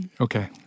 Okay